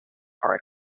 are